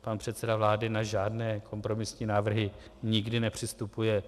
Pan předseda vlády na žádné kompromisní návrhy nikdy nepřistupuje.